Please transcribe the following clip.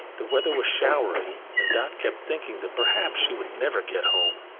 the weather was showery, and dot kept thinking that perhaps she would never get home,